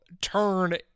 turn